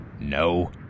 No